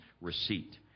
receipt